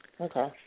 Okay